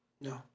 No